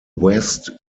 west